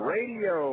Radio